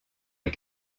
les